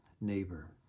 neighbor